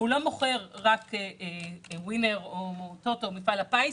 הוא לא מוכר רק וינר או טוטו או מפעל הפיס.